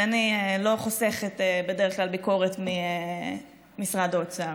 ואני לא חוסכת בדרך כלל ביקורת ממשרד האוצר.